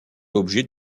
l’objet